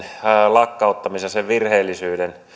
lakkauttamisen virheellisyyden